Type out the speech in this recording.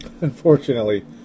Unfortunately